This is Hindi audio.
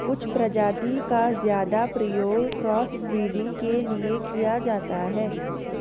कुछ प्रजाति का ज्यादा प्रयोग क्रॉस ब्रीडिंग के लिए किया जाता है